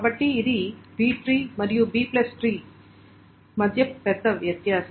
కాబట్టి ఇది B tree మరియు Bట్రీ మధ్య పెద్ద వ్యత్యాసం